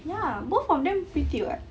ya both of them pretty [what]